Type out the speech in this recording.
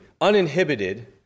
uninhibited